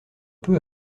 peu